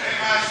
שבעה?